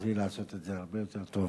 תוכלי לעשות את זה הרבה יותר טוב.